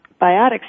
Biotics